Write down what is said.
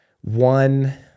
one